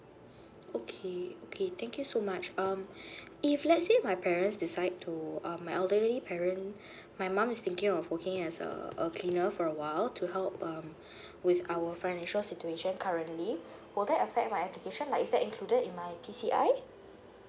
okay okay thank you so much um if let's say my parents decide to um my elderly parent my mom is thinking of working as a a cleaner for a while to help um with our financial situation currently will that affect my application like is that included in my P C I